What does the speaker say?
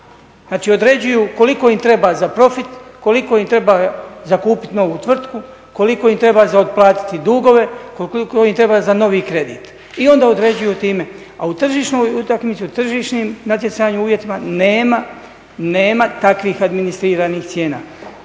Znači, određuju koliko im treba za profit, koliko im treba za kupiti novu tvrtku, koliko im treba za otplatiti dugove, koliko im treba za novi kredit i onda određuju time. A u tržišnoj utakmici, u tržišnim natjecanjima i uvjetima nema takvih administriranih cijena.